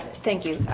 thank you